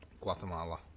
Guatemala